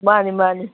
ꯃꯥꯅꯤ ꯃꯥꯅꯤ